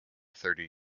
thirty